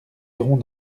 iront